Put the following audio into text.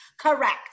correct